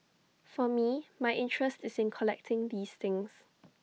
for me my interest is in collecting these things